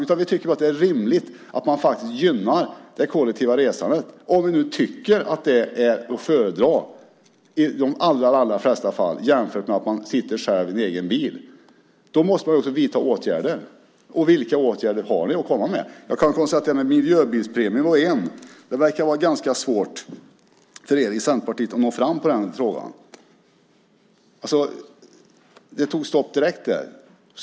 Vi tycker bara att det är rimligt att man faktiskt gynnar det kollektiva resandet, om vi nu tycker att det är att föredra i de allra flesta fall jämfört med att sitta själv i en egen bil. Då måste man också vidta åtgärder, och vilka åtgärder har ni att komma med? Jag kan konstatera att miljöbilspremien var en. Det verkar vara ganska svårt för er i Centerpartiet att nå fram i den frågan. Det tog stopp direkt där.